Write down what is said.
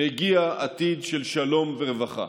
מגיע עתיד של שלום ורווחה.